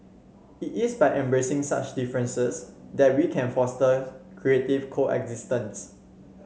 it is by embracing such differences that we can foster creative coexistence